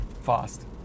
fast